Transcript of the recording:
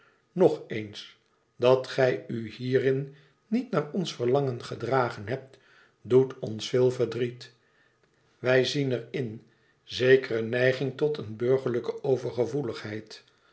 nog eens dat gij u hierin niet naar ons verlangen gedragen hebt doet ons veel verdriet wij zien er in zekere neiging tot een burgerlijke overgevoeligheid